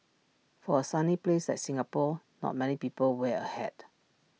for A sunny place like Singapore not many people wear A hat